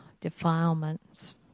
defilements